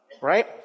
right